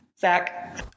zach